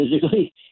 physically